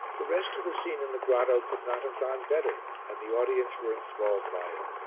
the rest of the scene in the grotto could not have gone better and the audience were enthralled by it.